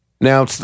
Now